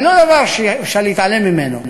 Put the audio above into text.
זה לא דבר שאפשר להתעלם ממנו.